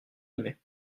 aimaient